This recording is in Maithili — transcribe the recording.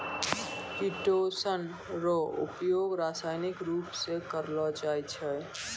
किटोसन रो उपयोग रासायनिक रुप से करलो जाय छै